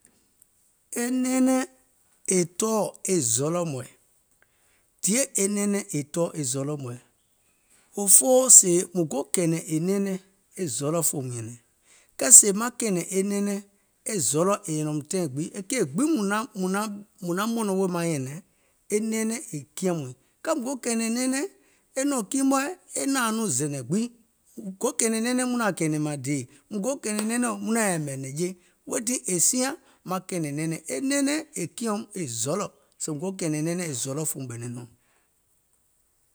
E nɛɛnɛŋ è tɔɔ̀ e zɔlɔ̀ mɔ̀ɛ̀, diè e nɛɛnɛŋ è tɔɔ̀ e zɔlɔ̀ mɔ̀ɛ̀, òfoo sèè mùŋ kɛ̀ɛ̀nɛ̀ŋ è nɛɛnɛŋ e zɔlɔ̀ fòum nyɛ̀nɛ̀ŋ, kɛɛ sèè maŋ kɛ̀ɛ̀nɛ̀ŋ nɛɛnɛŋ e zɔlɔ̀ è nyɛ̀nɛ̀ùm taìŋ gbiŋ, e keì gbiŋ mùŋ naŋ mɔ̀nɔ̀ŋ wèè maŋ nyɛ̀nɛ̀ŋ è kiɛ̀ŋ mùìŋ, mùŋ go kɛ̀ɛ̀nɛ̀ŋ nɛɛnɛŋ, e nɔ̀ŋ kii mɔ̀ɛ̀ e naȧŋ nɔŋ zɛ̀nɛ̀ŋ gbiŋ, mùŋ go kɛ̀ɛ̀nɛ̀ŋ nɛɛnɛŋ muŋ naȧŋ kɛ̀ɛ̀nɛ̀ŋ mȧŋ dèè, mùŋ go kɛ̀ɛ̀nɛ̀ŋ nɛɛnɛŋ muŋ naȧŋ yɛ̀mɛ̀ nɛ̀ŋje, weètii è siaŋ maŋ kɛ̀ɛ̀nɛ̀ŋ nɛɛnɛŋ, e nɛɛnɛŋ è kiɛ̀ùm e zɔlɔ̀, mùŋ go kɛ̀ɛ̀nɛ̀ŋ nɛɛnɛŋ e zɔlɔ̀ fòum ɓɛ̀nɛ̀ŋ nɔ̀ŋ.